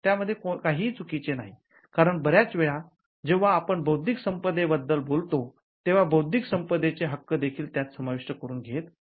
त्यामध्ये काहीही चुकीचे नाही कारण बर्याच वेळा जेव्हा आपण बौद्धिक संपदे बद्दल बोलतो तेव्हा बौद्धिक संपदेचे हक्क देखील त्यात समाविष्ट करून घेत असतो